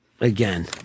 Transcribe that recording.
again